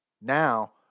Now